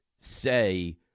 say